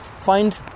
find